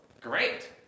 great